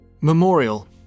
Memorial